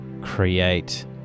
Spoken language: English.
create